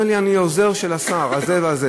הוא אומר לי: אני עוזר של השר הזה והזה.